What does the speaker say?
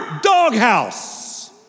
Doghouse